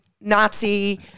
Nazi